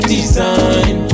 Design